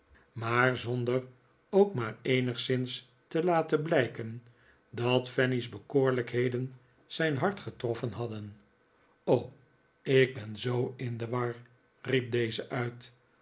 verlegen der ook maar eenigszins te laten blijketi dat fanny's bekoorlijkheden zijn hart getroffen hadden r o ik ben zoo in de war riep deze int